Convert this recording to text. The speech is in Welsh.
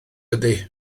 ydy